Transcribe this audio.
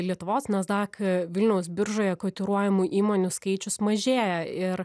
lietuvos nasdaq vilniaus biržoje kotiruojamų įmonių skaičius mažėja ir